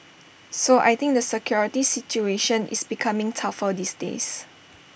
so I think the security situation is becoming tougher these days